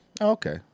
Okay